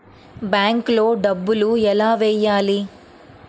బ్యాంక్లో డబ్బులు ఎలా వెయ్యాలి?